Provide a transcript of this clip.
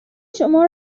شما